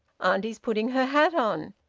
auntie's putting her hat on.